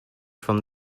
from